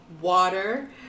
water